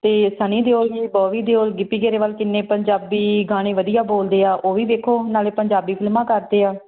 ਅਤੇ ਸਨੀ ਦਿਓਲ ਵੀ ਬੋਬੀ ਦਿਓਲ ਗਿੱਪੀ ਗਰੇਵਾਲ ਤਿੰਨੇ ਪੰਜਾਬੀ ਗਾਣੇ ਵਧੀਆ ਬੋਲਦੇ ਆ ਉਹ ਵੀ ਦੇਖੋ ਨਾਲੇ ਪੰਜਾਬੀ ਫਿਲਮਾਂ ਕਰਦੇ ਆ